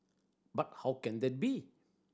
but how can that be